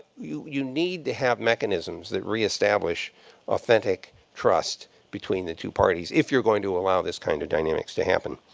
you you need to have mechanisms that reestablish authentic trust between the two parties if you're going to allow this kind of dynamics to happen.